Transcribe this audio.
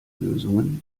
lösungen